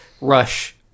Rush